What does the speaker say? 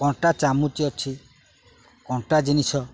କଣ୍ଟା ଚାମଚ ଅଛି କଣ୍ଟା ଜିନିଷ